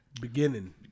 Beginning